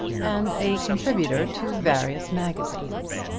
and a contributor to various magazines.